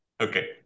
Okay